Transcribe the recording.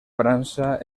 frança